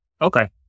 Okay